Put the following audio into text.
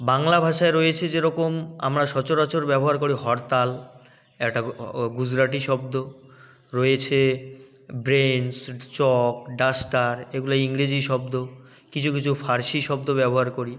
বাংলা ভাষায় রয়েছে যেরকম আমরা সচরাচর ব্যবহার করি হরতাল একটা গুজরাটি শব্দ রয়েছে বেঞ্চ চক ডাস্টার এগুলো ইংরেজি শব্দ কিছু কিছু ফার্সি শব্দ ব্যবহার করি